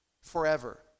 forever